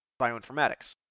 Bioinformatics